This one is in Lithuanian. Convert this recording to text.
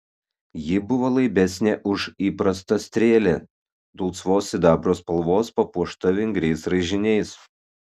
ji buvo laibesnė už įprastą strėlę dulsvos sidabro spalvos papuošta vingriais raižiniais